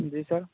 जी sir